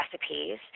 recipes